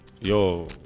yo